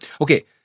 Okay